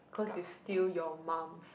because you steal your mum's